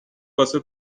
واسه